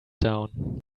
down